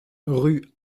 rue